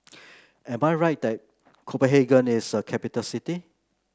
am I right that Copenhagen is a capital city